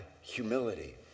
humility